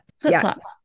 flip-flops